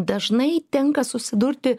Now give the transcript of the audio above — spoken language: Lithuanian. dažnai tenka susidurti